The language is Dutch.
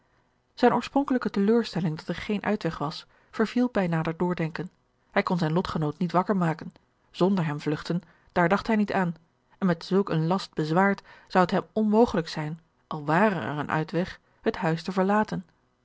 zijne oorspronkelijke teleurstelling dat er geen uitweg was verviel bij nader doordenken hij kon zijn lotgenoot niet wakker maken zonder hem vlugten daar dacht hij niet aan en met zulk een last bezwaard zou het hem onmogelijk zijn al ware er een uitweg het huis te verlaten